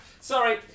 sorry